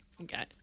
Okay